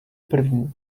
první